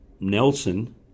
Nelson